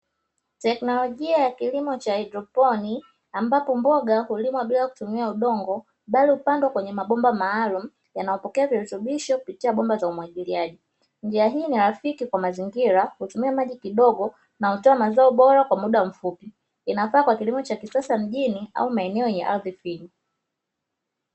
Teknolojia ya kilimo cha haidroponi ambapo mboga hulimwa bila kutumia udongo, bali hupandwa kwenye mabomba maalumu yanayopokea virutubisho kupitia bomba za umwagiliaji; njia hii ni rafiki kwa mazingira hutumia maji kidogo na hutoa mazao bora kwa muda mfupi. Inafaa kwa kilimo cha kisasa mjini au maeneo yenye ardhi finyu.